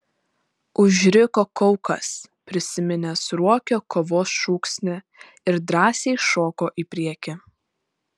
užriko kaukas prisiminęs ruokio kovos šūksnį ir drąsiai šoko į priekį